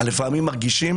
מרגישים